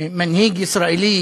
מנהיג ישראלי